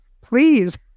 please